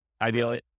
Ideally